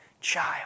child